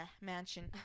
Mansion